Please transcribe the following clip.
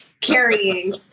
carrying